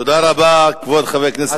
תודה רבה לחבר הכנסת נסים זאב.